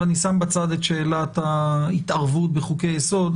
אם נשים בצד את ההתערבות בחוקי יסוד,